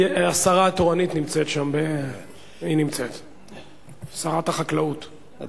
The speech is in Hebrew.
השרה התורנית נמצאת, שרת החקלאות ופיתוח הכפר.